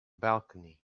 balcony